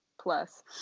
plus